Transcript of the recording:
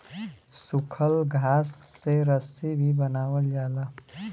सूखल घास से रस्सी भी बनावल जाला